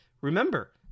Remember